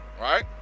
Right